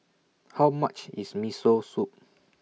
How much IS Miso Soup